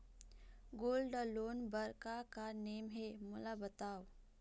Gold loan बार का का नेम हे, मोला बताव?